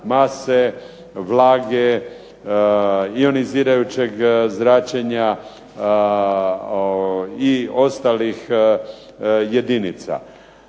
mase, vlage, ionizirajućeg zračenja i ostalih jedinica.